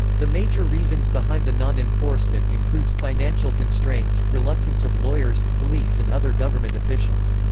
the major reasons behind the non-enforcement includes financial constraints, reluctance of lawyers, police and other government officials.